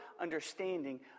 understanding